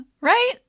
Right